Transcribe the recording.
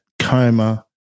coma